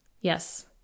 Yes